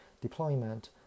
deployment